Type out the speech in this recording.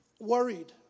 worried